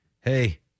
hey